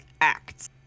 acts